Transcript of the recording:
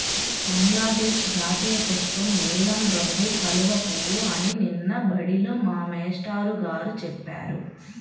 బంగ్లాదేశ్ జాతీయపుష్పం నీలం రంగు కలువ పువ్వు అని నిన్న బడిలో మా మేష్టారు గారు చెప్పారు